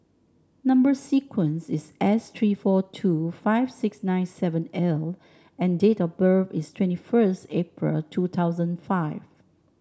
number sequence is S three four two five six nine seven L and date of birth is twenty first April two thousand five